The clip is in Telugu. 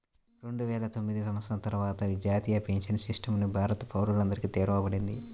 రెండువేల తొమ్మిది సంవత్సరం తర్వాత జాతీయ పెన్షన్ సిస్టమ్ ని భారత పౌరులందరికీ తెరవబడింది